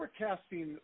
forecasting